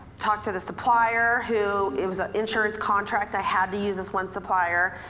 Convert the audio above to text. talked to the supplier who, it was an insurance contract i had to use this one supplier.